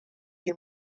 you